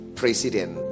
president